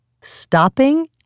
Stopping